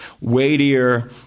weightier